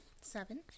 Seven